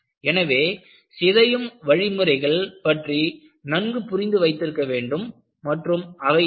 எனவே சிதையும் வழிமுறைகள் பற்றி நன்கு புரிந்து வைத்திருக்க வேண்டும் மற்றும் அவை யாவை